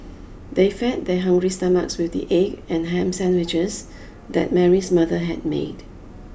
they fed their hungry stomachs with the egg and ham sandwiches that Mary's mother had made